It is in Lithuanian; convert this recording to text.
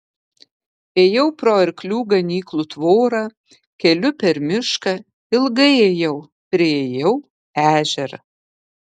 ėjau pro arklių ganyklų tvorą keliu per mišką ilgai ėjau priėjau ežerą